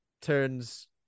turns